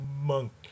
monk